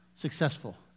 Successful